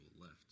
left